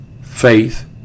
faith